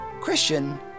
Christian